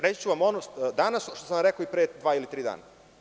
Reći ću vam ono što sam rekao pre dva ili tri dana.